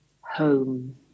home